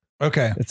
Okay